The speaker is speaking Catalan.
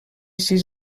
sis